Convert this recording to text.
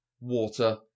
water